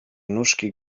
nóżki